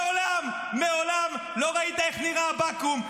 מעולם מעולם לא ראית איך נראה הבקו"ם,